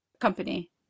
company